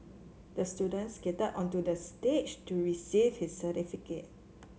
the student skated onto the stage to receive his certificate